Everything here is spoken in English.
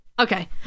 Okay